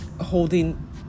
holding